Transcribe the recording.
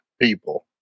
people